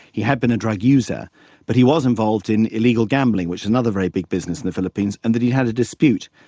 he had been a drug user but he was involved in illegal gambling which is another very big business in the philippines, and that he had a dispute,